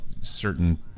certain